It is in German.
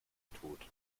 tut